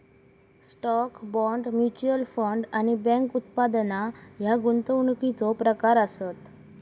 stock, bond, mutual fund आणि bank उत्पादना ह्या गुंतवणुकीचो प्रकार आसत